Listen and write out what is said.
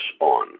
on